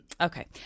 Okay